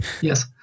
Yes